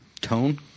tone